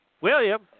William